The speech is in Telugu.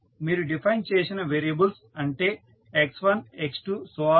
ఇక్కడ మీరు డిఫైన్ చేసిన వేరియబుల్స్ అంటే x1 x2